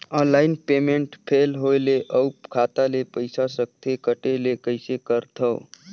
Online payment fail होय ले अउ खाता ले पईसा सकथे कटे ले कइसे करथव?